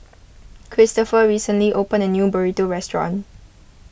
Kristopher recently opened a new Burrito restaurant